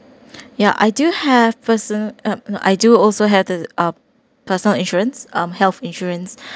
ya I do have person~ uh I do also have to um personal insurance um health insurance